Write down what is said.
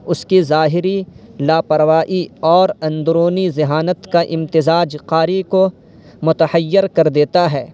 اس کی ظاہری لاپرواہی اور اندرونی ذہانت کا امتزاج قاری کو متحیر کر دیتا ہے